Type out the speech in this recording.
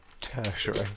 Tertiary